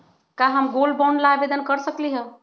का हम gold bond ला आवेदन कर सकली ह?